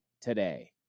today